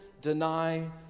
deny